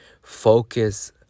focus